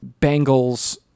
Bengals